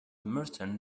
merton